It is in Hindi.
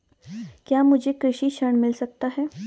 क्या मुझे कृषि ऋण मिल सकता है?